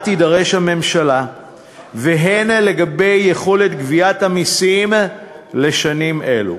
שהממשלה תידרש לה והן לגבי יכולת גביית המסים לשנים אלו.